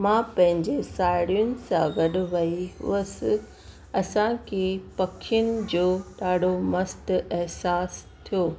मां पंहिंजे साहिड़ियुनि सां गॾु वेही हुअसि असांखे पखियुनि जो ॾाढो मस्तु अहिसास थियो